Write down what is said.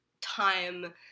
time